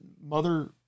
mother